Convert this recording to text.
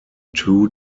two